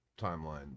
timeline